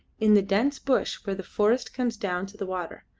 in the dense bush where the forest comes down to the water.